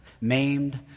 maimed